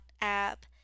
app